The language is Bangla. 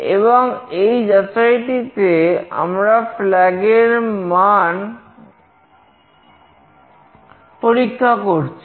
এবং এই যাচাই টিতে আমরা flag এর মান পরীক্ষা করছি